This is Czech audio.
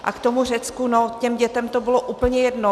A k tomu Řecku, no těm dětem to bylo úplně jedno.